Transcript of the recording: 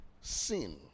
sin